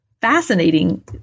fascinating